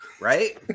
right